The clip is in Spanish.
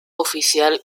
oficial